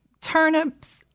turnips